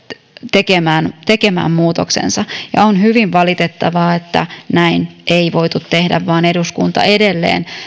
tekemään tekemään muutoksensa on hyvin valitettavaa että näin ei voitu tehdä vaan eduskunta edelleen